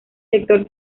sector